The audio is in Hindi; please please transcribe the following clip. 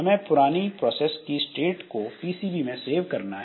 हमें पुरानी प्रोसेस की स्टेट को पीसीबी में सेव करना है